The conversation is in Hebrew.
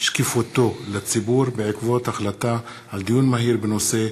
שקיפותו לציבור בעקבות דיון מהיר בנושא: